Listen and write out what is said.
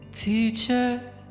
Teacher